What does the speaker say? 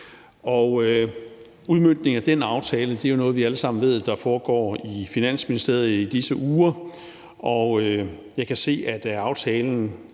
Udmøntningen af den aftale er jo noget, vi alle sammen ved foregår i Finansministeriet i disse uger, og jeg kan se, at af aftalen